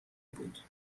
بود